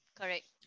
Correct